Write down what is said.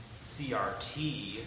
CRT